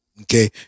Okay